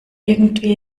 irgendwie